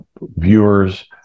viewers